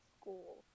school